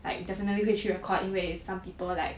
like definitely you could she record 因为 some people like